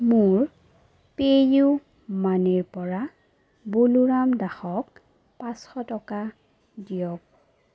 মোৰ পে'ইউ মানিৰ পৰা বলোৰাম দাসক পাঁচশ টকা দিয়ক